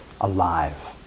alive